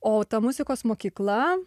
o ta muzikos mokykla